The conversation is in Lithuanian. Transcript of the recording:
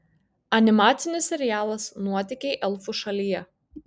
animacinis serialas nuotykiai elfų šalyje